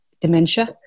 dementia